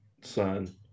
son